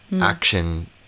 action